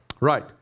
Right